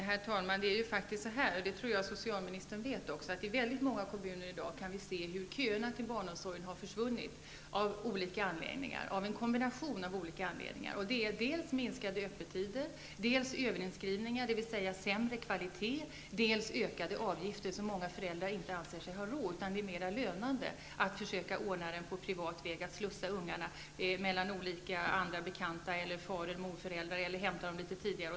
Herr talman! Jag tror att socialministern känner till att köerna till barnomsorgen i väldigt många kommuner i dag har försvunnit som en följd av en kombination av olika faktorer. Det är fråga om dels förkortade öppettider, dels överinskrivningar, dvs. sämre kvalitet, dels ökade avgifter, vilket leder till att många föräldrar inte anser sig ha råd med barnomsorgen och att det därför blir mer lönande att försöka ordna den på privat väg, att slussa barnen mellan olika bekanta eller far och morföräldrar eller att hämta hem dem tidigare.